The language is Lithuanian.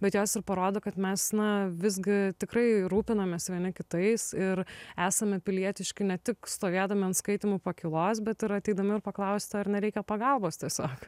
bet jos ir parodo kad mes na visgi tikrai rūpinamės vieni kitais ir esame pilietiški ne tik stovėdami ant skaitymų pakylos bet ir ateidami ir paklausti ar nereikia pagalbos tiesiog